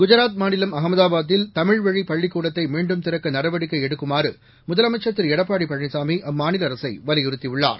குஜாத் மாநிலம் அமதாபாத்தில் தமிழ்வழி பள்ளிக்கூடத்தை மீண்டும் திறக்க நடவடிக்கை எடுக்குமாறு முதலமைச்சா் திரு எடப்பாடி பழனிசாமி அம்மாநில அரசை வலியுறுத்தியுள்ளார்